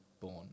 born